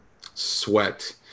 sweat